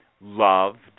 loved